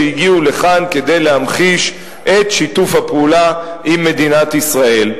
שהגיעו לכאן כדי להמחיש את שיתוף הפעולה עם מדינת ישראל.